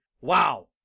Wow